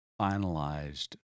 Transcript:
finalized